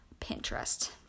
Pinterest